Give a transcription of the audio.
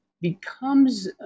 becomes